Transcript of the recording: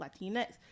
Latinx